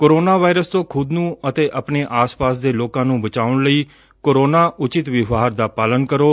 corona virus ਤੋ ਖੁਦ ਨੂੰ ਅਤੈ ਆਪਣੇ ਆਸ ਪਾਸ ਦੇ ਲੋਕਾ ਨੂੰ ਬਚਾਉਣ ਲਈ ਕੋਰੋਨਾ ਉਚਿਤ ਵਿਵਹਾਰ ਦਾ ਪਾਲਣ ਕਰੋ